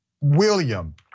William